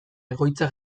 egoitza